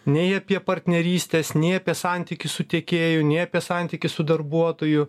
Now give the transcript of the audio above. nei apie partnerystes nei apie santykį su tiekėju nei apie santykį su darbuotoju